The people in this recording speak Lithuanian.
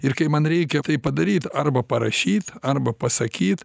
ir kai man reikia tai padaryt arba parašyt arba pasakyt